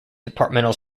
departmental